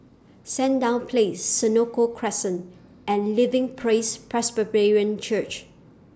Sandown Place Senoko Crescent and Living Praise Presbyterian Church